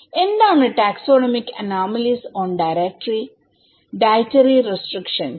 എന്താണ് taxonomic anomalies on dietary restrict ഷൻസ്